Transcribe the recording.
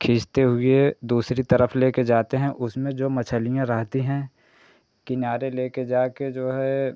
खींचते हुए दूसरी तरफ लेकर जाते हैं उसमें जो मछलियाँ रहती हैं किनारे लेकर जाकर जो है